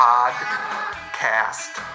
Podcast